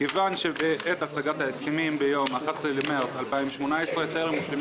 מכיוון שבעת הצגת ההסכמים ביום ה-11 במרץ 2018 טרם הושלמה